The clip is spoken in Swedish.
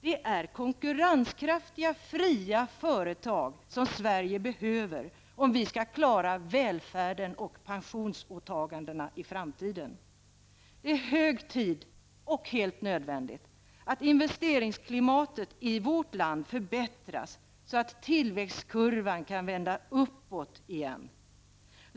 Om vi skall klara välfärden och pensionsåtgandena i framtiden behöver Sverige konkurrenskraftiga, fria företag. Det är hög tid -- och helt nödvändigt -- att investeringsklimatet i vårt land förbättras så att tillväxtkurvan kan vända uppåt igen.